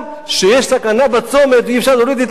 שיש סכנה בצומת ואי-אפשר להוריד את העץ.